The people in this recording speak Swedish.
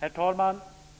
Herr talman!